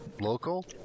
local